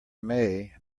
may